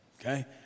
Okay